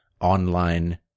online